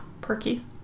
perky